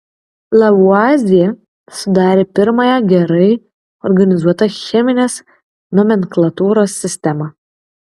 lavuazjė sudarė pirmąją gerai organizuotą cheminės nomenklatūros sistemą